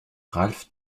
ralph